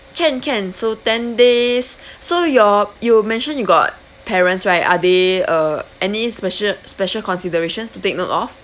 can can so ten days so your you mentioned you got parents right are they uh any special special considerations to take note of